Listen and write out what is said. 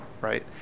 right